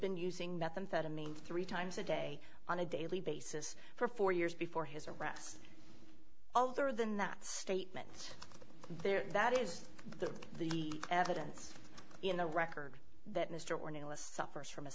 been using methamphetamine three times a day on a daily basis for four years before his arrest all there than that statement there that is the the evidence in the record that mr ornelas suffers from a